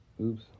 oops